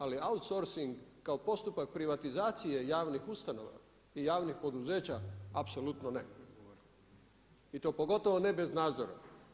Ali outsourcing kao postupak privatizacije javnih ustanova i javnih poduzeća apsolutno ne i to pogotovo ne bez nadzora.